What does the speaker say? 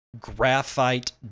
Graphite